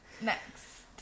Next